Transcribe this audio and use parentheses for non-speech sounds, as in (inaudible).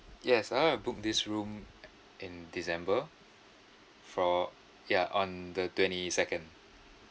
yes I want to book this room (noise) in december for ya on the twenty-second